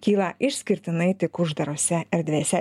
kyla išskirtinai tik uždarose erdvėse